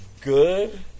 good